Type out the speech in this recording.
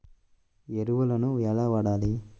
ఎరువులను ఎలా వాడాలి?